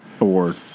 award